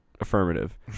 affirmative